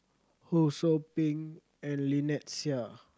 Ho Sou Ping and Lynnette Seah